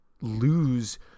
lose